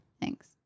thanks